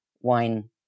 wine